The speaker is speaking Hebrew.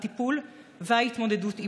הטיפול וההתמודדות עימו.